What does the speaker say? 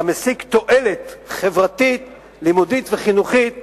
אתה משיג תועלת חברתית, לימודית וחינוכית רבה,